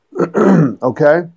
okay